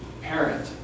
parent